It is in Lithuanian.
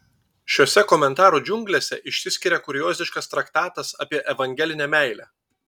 šiose komentarų džiunglėse išsiskiria kurioziškas traktatas apie evangelinę meilę